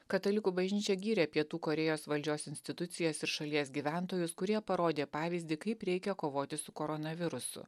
katalikų bažnyčia gyrė pietų korėjos valdžios institucijas ir šalies gyventojus kurie parodė pavyzdį kaip reikia kovoti su koronavirusu